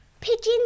Pigeons